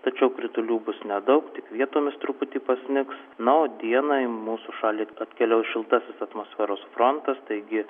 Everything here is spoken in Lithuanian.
tačiau kritulių bus nedaug tik vietomis truputį pasnigs na o dieną į mūsų šaly atkeliaus šiltasis atmosferos frontas taigi